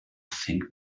thing